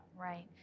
right